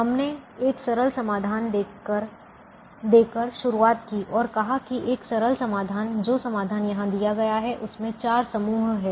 हमने एक सरल समाधान देकर शुरुआत की और कहा कि एक सरल समाधान जो समाधान यहां दिया गया है उसमें 4 समूह हैं